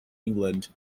england